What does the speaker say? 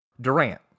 Durant